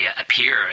appear